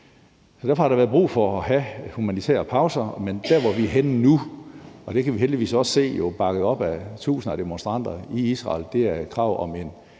Derfor har der været brug for at have humanitære pauser, men der, hvor vi er nu, og det kan vi heldigvis også se er bakket op af tusinder af demonstranter i Israel, er der et krav om en